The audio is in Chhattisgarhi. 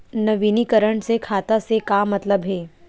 नवीनीकरण से खाता से का मतलब हे?